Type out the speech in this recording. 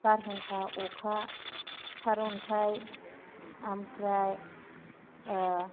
बारहुंखा अखा सारअन्थाइ आमफ्राय ओ